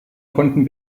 konnten